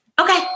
okay